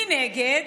מנגד,